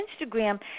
Instagram